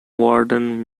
warden